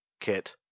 kit